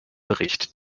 bericht